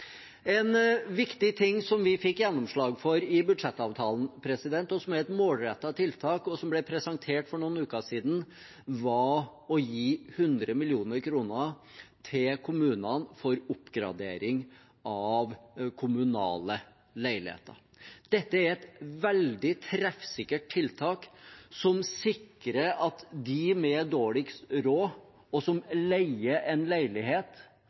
En viktig ting som vi fikk gjennomslag for i budsjettavtalen, og som er et målrettet tiltak, som ble presentert for noen uker siden, var å gi 100 mill. kr til kommunene for oppgradering av kommunale leiligheter. Dette er et veldig treffsikkert tiltak som sikrer at de med dårligst råd og som leier en leilighet,